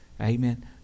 Amen